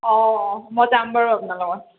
অঁ মই যাম বাৰু আপোনাৰ লগত